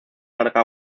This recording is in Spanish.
larga